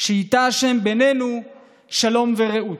שייטע ה' בינינו שלום ורעות.